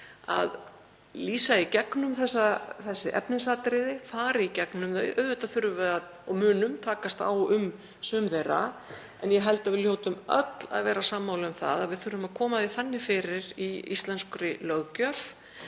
að lýsa í gegnum þessi efnisatriði, fara í gegnum þau. Auðvitað þurfum við og munum takast á um sum þeirra en ég held að við hljótum öll að vera sammála um að við þurfum að koma því þannig fyrir í íslenskri löggjöf